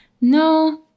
no